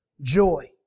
joy